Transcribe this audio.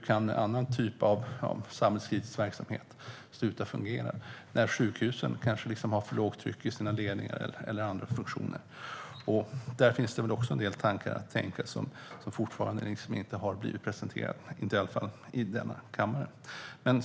Kan annan typ av samhällskritisk verksamhet sluta fungera, till exempel om sjukhusen har för lågt tryck i sina ledningar eller om andra funktioner påverkas? Där finns det väl också en del tankar att tänka som fortfarande inte har blivit presenterade, i alla fall inte i denna kammare.